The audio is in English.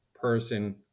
person